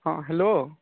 ହଁ ହ୍ୟାଲୋ